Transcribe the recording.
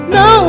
no